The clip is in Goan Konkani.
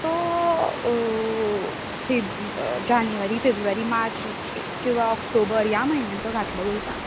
तो जानेवारी फेब्रुवारी मार्च किंवा ऑक्टोबर ह्या म्हयन्यांनी तो घातलो वयता